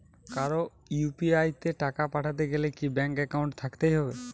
কারো ইউ.পি.আই তে টাকা পাঠাতে গেলে কি ব্যাংক একাউন্ট থাকতেই হবে?